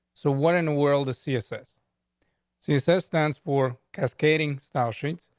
so what in the world to see a set? she assistance for cascading style sheets.